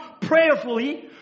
prayerfully